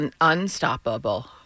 unstoppable